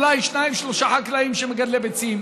אולי שניים-שלושה חקלאים מגדלי ביצים.